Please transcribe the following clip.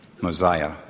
Mosiah